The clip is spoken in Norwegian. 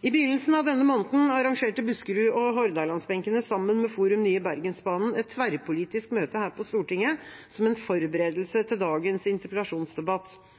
I begynnelsen av denne måneden arrangerte buskerud- og hordalandsbenkene sammen med Forum Nye Bergensbanen et tverrpolitisk møte her på Stortinget som en forberedelse